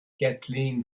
kathleen